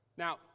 Now